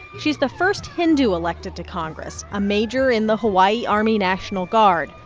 she's the first hindu elected to congress, a major in the hawaii army national guard,